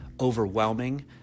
overwhelming